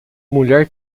mulher